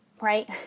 right